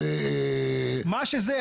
מה שזה,